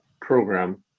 program